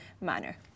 manner